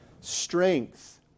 strength